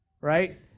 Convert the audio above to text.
right